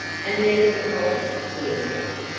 and there's the coffee! he announced.